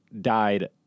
died